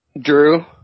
Drew